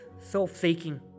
self-seeking